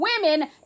women